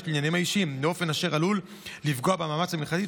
לענייניהם האישיים באופן אשר עלול לפגוע במאמץ המלחמתי,